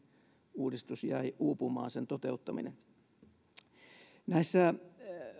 uudistus sen toteuttaminen jäi uupumaan näissä